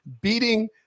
beating